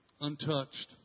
untouched